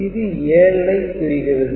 இது 7 ஐக் குறிக்கிறது